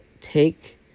take